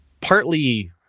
partly